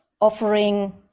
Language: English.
offering